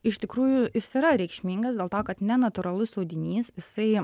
iš tikrųjų jis yra reikšmingas dėl to kad nenatūralus audinys jisai